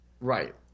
Right